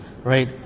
Right